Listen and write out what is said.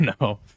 no